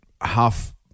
half